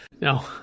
No